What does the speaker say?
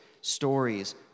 stories